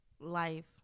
life